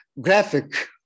graphic